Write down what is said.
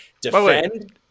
defend